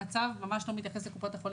הצו ממש לא מתייחס לקופות החולים,